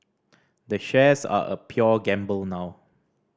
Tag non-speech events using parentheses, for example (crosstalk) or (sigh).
the shares are a (unintelligible) gamble now